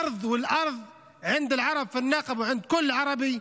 שהכבוד והאדמה אצל האנשים בנגב ואצל כל ערבי,